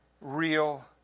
real